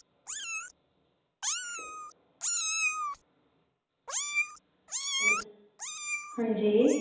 hello हंजी